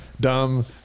dumb